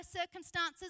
circumstances